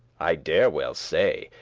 i dare well say,